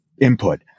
input